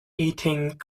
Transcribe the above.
eating